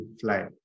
fly